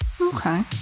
okay